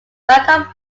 backup